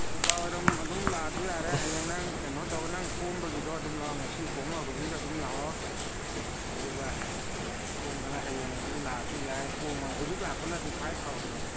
ꯅꯨꯡꯗꯥꯡꯋꯥꯏꯔꯝ ꯑꯗꯨꯝ ꯂꯥꯛꯑꯁꯨ ꯌꯥꯔꯦ ꯍꯌꯦꯡ ꯅꯪ ꯀꯩꯅꯣ ꯇꯧꯔꯒ ꯅꯪ ꯀꯣꯝꯕꯒꯤꯗꯣ ꯑꯗꯨꯝ ꯂꯥꯛꯑꯣ ꯉꯁꯤ ꯀꯣꯝꯃ ꯍꯧꯖꯤꯛ ꯑꯗꯨꯝ ꯂꯥꯛꯑꯣ ꯑꯗꯨꯒ ꯀꯣꯝꯗꯅ ꯍꯌꯦꯡ ꯑꯗꯨꯝ ꯂꯥꯛꯑꯁꯨ ꯌꯥꯏ ꯀꯣꯝꯃꯒꯅ ꯍꯧꯖꯤꯛ ꯂꯥꯛꯄꯅꯗꯤ ꯈ꯭ꯋꯥꯏ ꯐꯍꯧꯔꯃꯤ